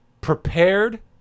prepared